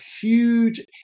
huge